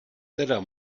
teda